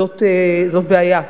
וזאת בעיה.